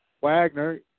Wagner